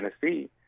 Tennessee